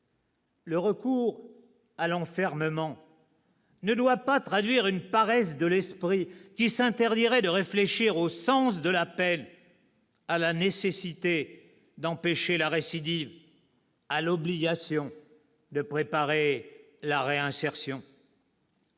Le recours à l'enfermement ne doit pas traduire une paresse de l'esprit qui s'interdirait de réfléchir au sens de la peine, à la nécessité d'empêcher la récidive, à l'obligation de préparer la réinsertion.